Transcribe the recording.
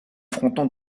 fronton